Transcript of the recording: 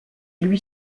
lui